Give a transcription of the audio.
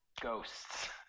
Ghosts